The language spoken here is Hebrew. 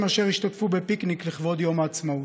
אשר השתתפו בפיקניק לכבוד יום העצמאות.